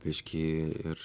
biškį ir